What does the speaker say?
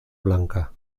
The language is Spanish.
blanca